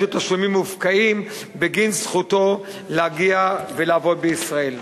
לתשלומים מופקעים בגין זכותו להגיע ולעבוד בישראל.